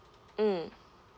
mm